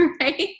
right